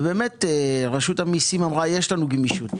ובאמת רשות המיסים אמרה: יש לנו גמישות.